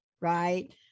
right